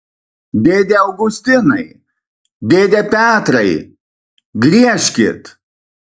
dėde augustinai dėde petrai griežkit